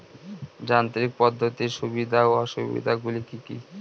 যান্ত্রিক পদ্ধতির সুবিধা ও অসুবিধা গুলি কি কি?